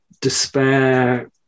despair